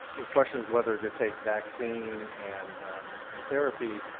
the question is whether to take vaccine and and therapy.